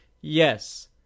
Yes